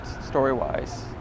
story-wise